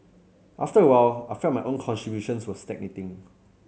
after a while I felt my own contributions were stagnating